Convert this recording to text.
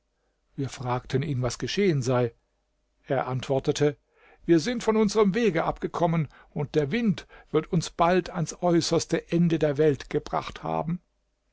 wir fragten ihn was geschehen sei er antwortete wir sind von unserm wege abgekommen und der wind wird uns bald ans äußerste ende der welt gebracht haben